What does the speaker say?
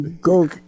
Go